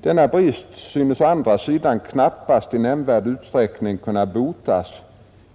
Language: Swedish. Denna brist synes å andra sidan knappast i nämnvärd utsträckning kunna botas